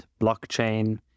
blockchain